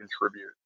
contribute